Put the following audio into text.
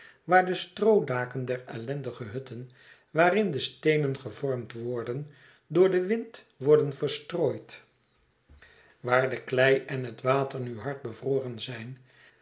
waar de stroodaken der ellendige hutten waarin de steenen gevormd worden door den wind worden verstrooid waar de het verlaten huis klei en het water nu hard bevroren zijn